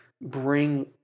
bring